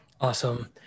Awesome